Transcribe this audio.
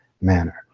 manner